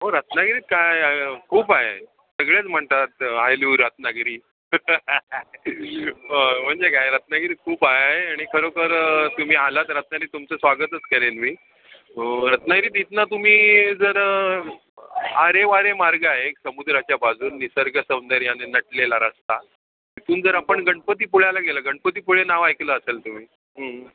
हो रत्नागिरीत काय खूप आहेत सगळेच म्हणतात आई लिव रत्नागिरी हां म्हणजे काय रत्नागिरीत खूप आहे आणि खरोखर तुम्ही आलात रत्नागिरीत तुमचं स्वागतच करेन मी हो रत्नागिरीत इथून तुम्ही जर आरेवारे मार्ग आहे समुद्राच्या बाजूने निसर्गसौंदर्यानं नटलेला रस्ता इथून जर आपण गणपतीपुळ्याला गेलं गणपतीपुळे नाव ऐकलं असेल तुम्ही